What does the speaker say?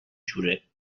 شوره